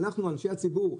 אנחנו אנשי הציבור,